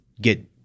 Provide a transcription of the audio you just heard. get